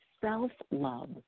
self-love